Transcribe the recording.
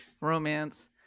Romance